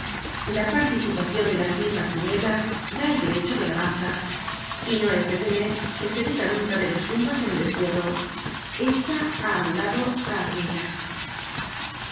la participacion de jas mismas tinieblas da el derecho de alabanza y no es de temer que se diga nunca de dos tumbas en el destierro esta ha adulado á aquella